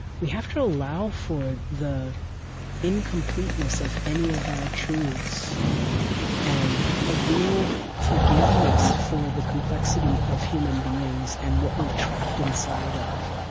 we have to allow for the incompleteness of any of our truths and a real forgiveness for the complexity of human beings and what we're trapped inside of,